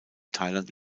thailand